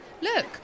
Look